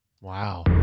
Wow